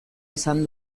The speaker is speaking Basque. izan